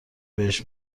بهش